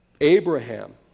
Abraham